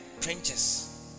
trenches